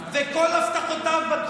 ולכן צריך לומר שנתניהו בצעדים הללו מוכיח